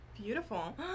beautiful